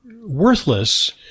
worthless